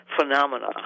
phenomena